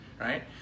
right